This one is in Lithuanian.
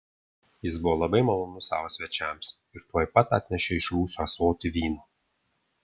jis buvo labai malonus savo svečiams ir tuoj pat atnešė iš rūsio ąsotį vyno